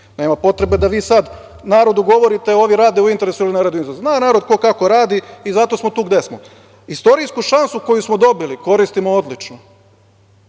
Nema potrebe da vi sad narodu govorite - ovi rade u interesu ili ne, zna narod kako ko radi i zato smo tu gde smo. Istorijsku šansu koju smo dobili, koristimo odlično.